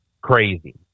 crazy